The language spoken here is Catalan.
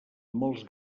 molts